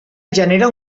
genera